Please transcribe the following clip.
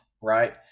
Right